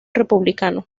republicano